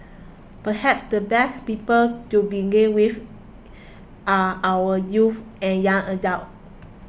perhaps the best people to begin with are our youths and young adults